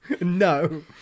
no